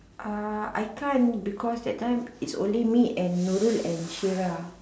uh I can't because that time is only me and Nurul and Shira